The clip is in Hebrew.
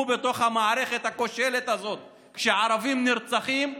בתוך המערכת הכושלת הזאת כשערבים נרצחים,